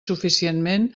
suficientment